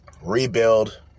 rebuild